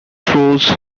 throws